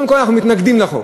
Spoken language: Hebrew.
קודם כול אנחנו מתנגדים לחוק.